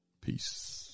Peace